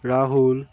Rahul